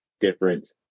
difference